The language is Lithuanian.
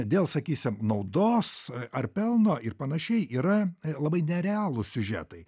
dėl sakysim naudos ar pelno ir panašiai yra labai nerealūs siužetai